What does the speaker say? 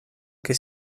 que